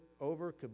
over